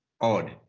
odd